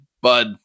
bud